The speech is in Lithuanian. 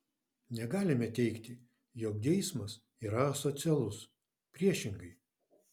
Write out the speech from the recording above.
negalime teigti jog geismas yra asocialus priešingai